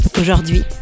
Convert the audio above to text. Aujourd'hui